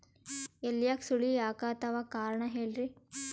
ಎಲ್ಯಾಗ ಸುಳಿ ಯಾಕಾತ್ತಾವ ಕಾರಣ ಹೇಳ್ರಿ?